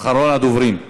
אחרון הדוברים,